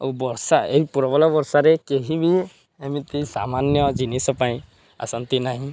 ଆଉ ବର୍ଷା ଏଇ ପ୍ରବଳ ବର୍ଷାରେ କେହି ବି ଏମିତି ସାମାନ୍ୟ ଜିନିଷ ପାଇଁ ଆସନ୍ତି ନାହିଁ